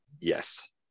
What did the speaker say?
yes